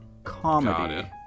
Comedy